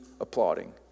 applauding